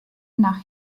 nach